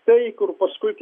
tai kur paskui tu